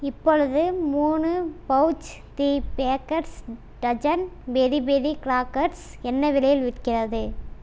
இப்பொழுது மூணு pouch the bakers dozen berry berry crackers என்ன விலையில் விற்கிறது